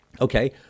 okay –